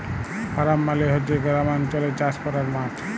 farm মালে হছে গেরামালচলে চাষ ক্যরার মাঠ